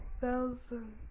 thousand